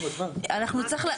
אנחנו נצטרך,